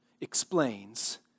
explains